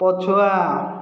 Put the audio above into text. ପଛୁଆ